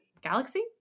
galaxy